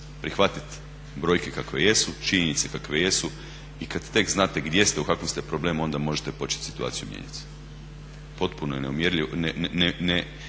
prihvatiti brojke kakve jesu, činjenice kakve jesu i kad tek znate gdje ste, u kakvom ste problemu onda možete početi situaciju mijenjati. Potpuno je neuvjerljivo,